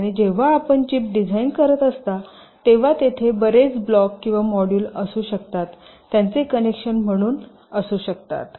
आणि जेव्हा आपण चिप डिझाइन करत असता तेव्हा तेथे बरेच ब्लॉक किंवा मॉड्यूल असू त्यांचे कनेक्शन म्हणून शकतात